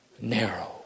narrow